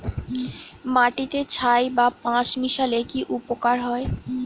মাটিতে ছাই বা পাঁশ মিশালে কি উপকার হয়?